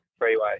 freeway